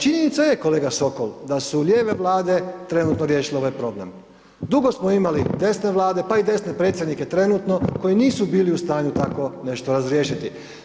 Činjenica je kolega Sokol da su ljeve Vlade trenutno riješile ovaj problem, dugo smo imali desne Vlade, pa i desne predsjednike trenutno koji nisu bili u stanju tako nešto razriješiti.